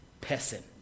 person